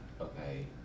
okay